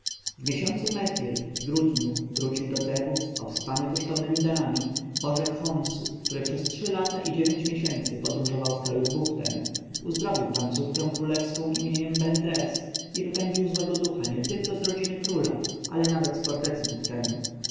miesiącu mechir w grudniu wrócił do tebów obsypany kosztownemi darami bożek chonsu który przez trzy lata i dziewięć miesięcy podróżował w kraju buchten uzdrowił tam córkę królewską imieniem bent-res i wypędził złego ducha nietylko z rodziny króla a nawet z fortecy buchtenu